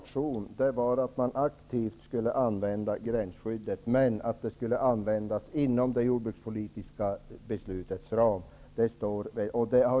Herr talman! Jag skrev i vår motion att gränsskyddet skall användas aktivt inom det jordbrukspolitiska beslutets ram.